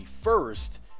first